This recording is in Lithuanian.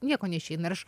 nieko neišeina ir aš